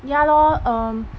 ya lor um